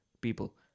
people